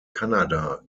kanada